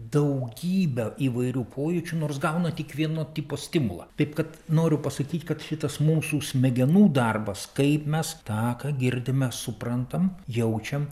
daugybę įvairių pojūčių nors gauna tik vieno tipo stimulą taip kad noriu pasakyt kad šitas mūsų smegenų darbas kaip mes tą ką girdime suprantam jaučiam